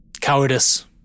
Cowardice